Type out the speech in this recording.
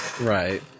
Right